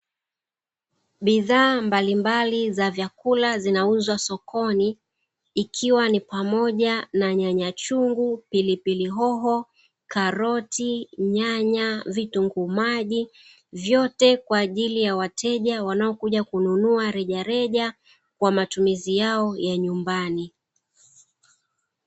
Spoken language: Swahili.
Bidhaa mbalimbali za vyakula zinauzwa sokoni ikiwa ni pamoja na nyanya chungu, pilipili hoho, karoti, nyanya, vitunguu maji vyote kwa ajili ya wateja wanaokuja kununua rejareja kwa matumizi yao ya nyumbani.